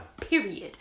Period